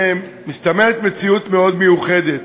מסתמנת מציאות מאוד מיוחדת.